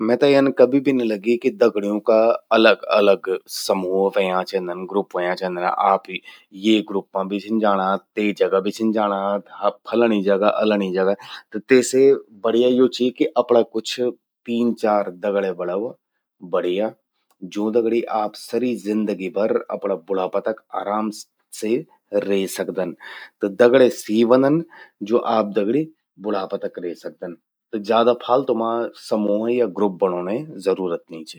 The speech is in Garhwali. मेते यन कभि भी नि लगि कि दगड्यूं का अलग अलग समूह व्हंयां चेंदन, ग्रुप व्हयां चेदन। आप ये ग्रुप मां भि छिन जाणा। ते जगा भि छिन जाणा। फलणि जगा, अलणि जगा। त तेसे बढ़िया यू चि कि अपणा कुछ तीन चार दगड़्या बणावा।, बढ़िया। जूं दगड़ि आप सरि जिंदगि भर अपणा बुढ़ापा तक आराम से रे सकदन। त दगड़्या सी व्हंदन, ज्वो प दगड़ि बुढ़ापा तक रे सकदन। त ज्यादा फालतू मां समूह या ग्रुप बणौंणे जरूरत नी चि।